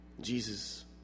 Jesus